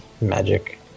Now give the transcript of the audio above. magic